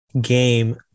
game